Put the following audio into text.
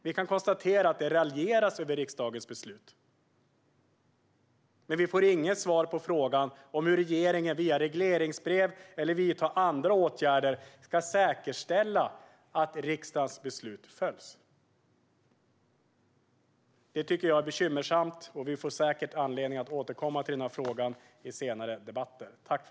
Vi kan konstatera att det raljeras över riksdagens beslut, men vi får inget svar på frågan om hur regeringen via regleringsbrev eller andra åtgärder ska säkerställa att riksdagens beslut följs. Detta tycker jag är bekymmersamt, och vi får säkert anledning att återkomma till denna fråga under senare debatter.